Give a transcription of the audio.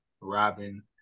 Robin